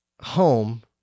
home